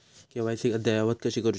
KYC अद्ययावत कशी करुची?